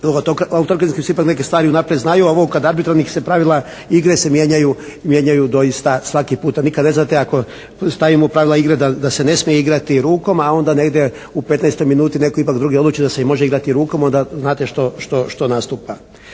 kada se ipak neke stvari unaprijed znaju, a ovo kod arbitrarnih se pravila igre se mijenjaju doista svaki puta. Nikada neznate kao stavimo pravila igre da se ne smije igrati rukom a onda negdje u 15-toj minuti netko ipak drugi odluči da se može igrati rukom, onda znate što nastupa.